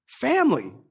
family